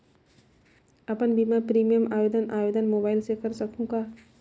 अपन बीमा प्रीमियम आवेदन आवेदन मोबाइल से कर सकहुं का?